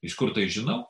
iš kur tai žinau